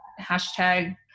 Hashtag